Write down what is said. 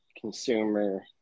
consumer